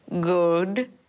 good